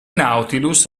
nautilus